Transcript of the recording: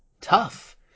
tough